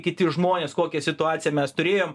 kiti žmonės kokią situaciją mes turėjom